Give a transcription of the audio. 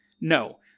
No